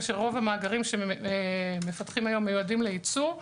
כשרוב המאגרים שמפתחים היום מיועדים לייצוא.